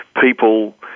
people